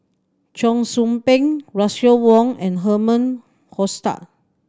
Cheong Soo Pieng Russel Wong and Herman Hochstadt